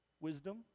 wisdom